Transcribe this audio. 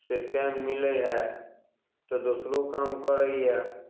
से time मिलय हइ तऽ दोसरो काम करैए